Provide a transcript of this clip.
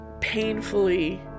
painfully